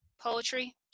poetry